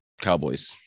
Cowboys